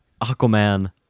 Aquaman